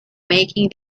making